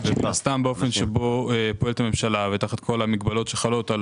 מן הסתם באופן שבו פועלת הממשלה ותחת כל המגבלות שחלות על